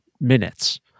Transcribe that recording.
minutes